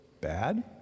bad